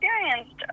experienced